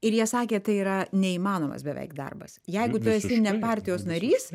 ir jie sakė tai yra neįmanomas beveik darbas jeigu tu esi ne partijos narys